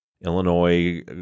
Illinois